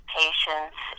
patients